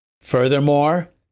Furthermore